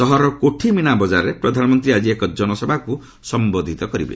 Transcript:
ସହରର କୋଠି ମୀନା ବଙ୍କାରଠାରେ ପ୍ରଧାନମନ୍ତ୍ରୀ ଆଜି ଏକ ଜନସଭାକୁ ସମ୍ବୋଧିତ କରିବେ